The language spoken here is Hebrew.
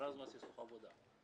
הכרזנו על סכסוך עבודה.